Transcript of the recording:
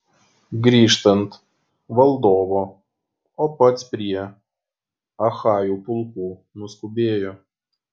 grįžtant valdovo o pats prie achajų pulkų nuskubėjo